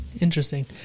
Interesting